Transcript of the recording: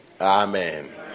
Amen